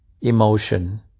Emotion